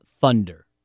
Thunder